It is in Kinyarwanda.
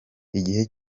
igihe